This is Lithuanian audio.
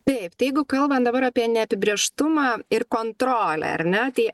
taip jeigu kalbant dabar apie neapibrėžtumą ir kontrolę ar ne tai